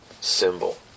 symbol